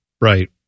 right